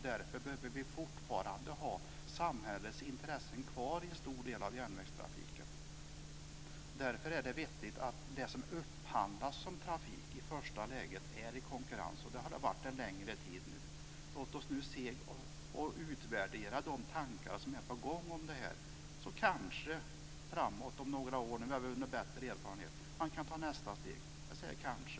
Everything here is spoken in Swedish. Därför behöver samhällsintresset fortfarande finnas kvar i en stor del av järnvägstrafiken. Då är det vettigt att det som upphandlas som trafik konkurrensutsätts, och så har det varit under en längre tid. Låt oss nu utvärdera de tankar som finns, så kan man kanske ta nästa steg om några år när vi har vunnit större erfarenhet - jag säger kanske.